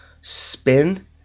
Spin